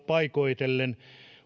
paikoitellen